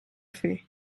fer